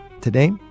Today